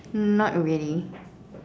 not really